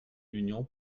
l’union